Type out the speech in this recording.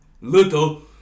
Little